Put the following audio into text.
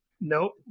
Nope